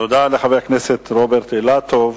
תודה לחבר הכנסת רוברט אילטוב.